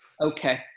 Okay